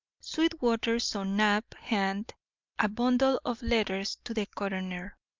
sweetwater saw knapp hand a bundle of letters to the coroner,